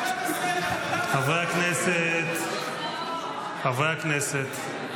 --- הכול בסדר --- חברי הכנסת, חברי הכנסת.